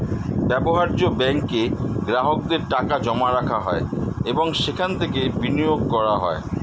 ব্যবহার্য ব্যাঙ্কে গ্রাহকদের টাকা জমা রাখা হয় এবং সেখান থেকে বিনিয়োগ করা হয়